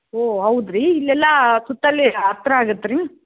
ಓ ಹೌದ್ರೀ ಇಲ್ಲೆಲ್ಲ ಸುತ್ತಲ್ಲಿ ಹತ್ರ ಆಗುತ್ತೆ ರೀ